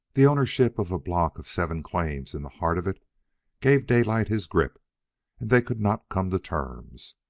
the ownership of a block of seven claims in the heart of it gave daylight his grip and they could not come to terms.